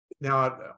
now